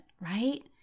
Right